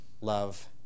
love